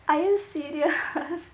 are you serious